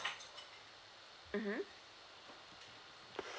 mmhmm